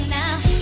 now